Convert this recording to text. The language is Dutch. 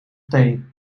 thee